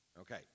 Okay